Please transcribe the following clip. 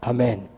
Amen